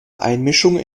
einmischung